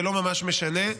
זה לא ממש משנה.